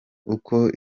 uko